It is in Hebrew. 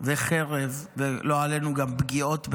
וחרב ולא עלינו גם פגיעות בנשים,